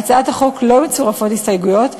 להצעת החוק לא מצורפות הסתייגויות.